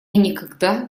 никогда